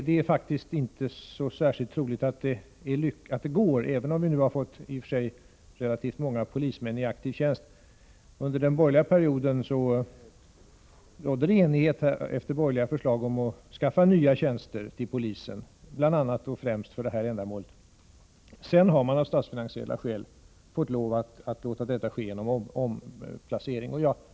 Det är faktiskt inte troligt att det går, även om vi har fått i och för sig relativt många polismän i aktiv tjänst. Under den borgerliga perioden rådde det enighet, efter borgerliga förslag, om att skaffa nya tjänster till polisen, bl.a. och främst för det här ändamålet. Sedan har man av statsfinansiella skäl fått lov att tillämpa omplacering.